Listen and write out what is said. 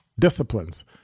disciplines